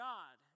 God